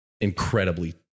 incredibly